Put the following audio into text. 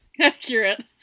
Accurate